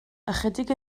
ychydig